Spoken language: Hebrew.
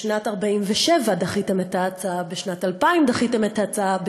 בשנת 1947 דחיתם את ההצעה,